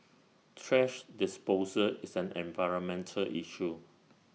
thrash disposal is an environmental issue